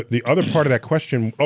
the other part of that question. ah